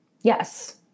Yes